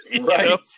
Right